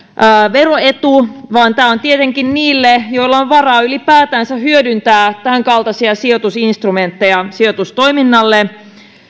veroetu vaan tämä on tietenkin tarkoitettu niille joilla on varaa ylipäätänsä hyödyntää tämänkaltaisia sijoitusinstrumentteja sijoitustoiminnalle